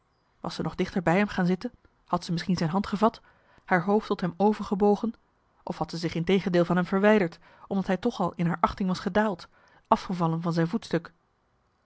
was ze nog dichter bij hem gaan zitten had ze misschien zijn hand gevat haar hoofd tot hem over gebogen of had ze zich integendeel van hem verwijderd omdat hij toch al in haar achting was gedaald afgevallen van zijn voetstuk